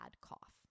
cough